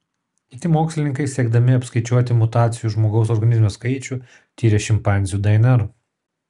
kiti mokslininkai siekdami apskaičiuoti mutacijų žmogaus organizme skaičių tyrė šimpanzių dnr